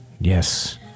yes